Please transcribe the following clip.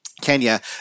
Kenya